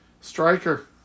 Striker